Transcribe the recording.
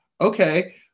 Okay